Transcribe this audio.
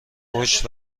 پشت